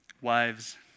Wives